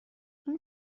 این